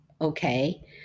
okay